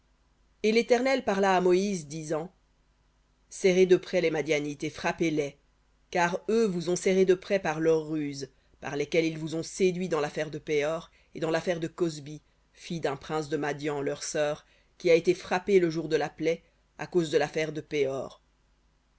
et l'éternel parla à moïse disant serrez de près les madianites et frappez les car eux vous ont serrés de près par leurs ruses par lesquelles ils vous ont séduits dans l'affaire de péor et dans l'affaire de cozbi fille d'un prince de madian leur sœur qui a été frappée le jour de la plaie à cause de l'affaire de péor